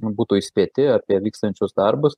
nu būtų įspėti apie vykstančius darbus